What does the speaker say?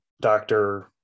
doctor